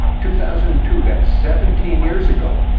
two thousand and two that's seventeen years ago.